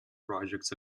projects